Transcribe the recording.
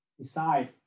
Decide